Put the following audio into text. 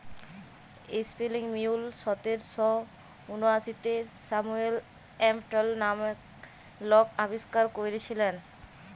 spinning mule সতের শ উনআশিতে স্যামুয়েল ক্রম্পটল লামের লক আবিষ্কার ক্যইরেছিলেল